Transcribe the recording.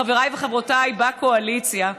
חבריי וחברותיי בקואליציה,